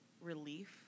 relief